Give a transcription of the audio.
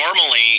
normally